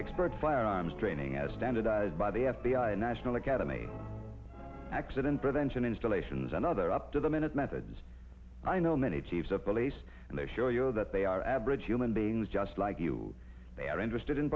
expert firearms training as standardised by the f b i national academy accident prevention installations another up to the minute methods i know many chiefs of police and they show you know that they are average human beings just like you they are interested in